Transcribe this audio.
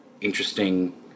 interesting